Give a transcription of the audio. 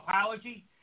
apology